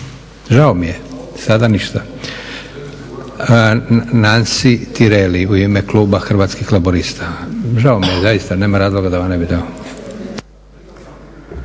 Žao mi je. Sada ništa. Nansi Tireli u ime kluba Hrvatskih laburista. Žao mi je zaista, nema razloga da vam ne bih dao.